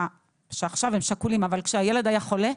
שעכשיו הם שכולים אבל כשהילד שלהם היה חולה,